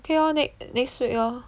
okay lor next next week lor